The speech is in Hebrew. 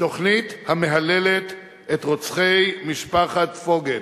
תוכנית המהללת את רוצחי משפחת פוגל.